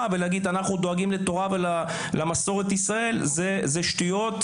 ולהגיד שאנחנו דואגים לתורה ולמסורת ישראל זה שטויות,